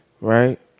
Right